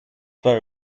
very